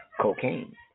cocaine